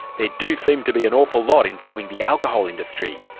there do seem to be an awful lot involving the alcohol industry,